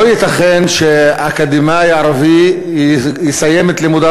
לא ייתכן שאקדמאי ערבי יסיים את לימודיו